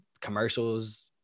commercials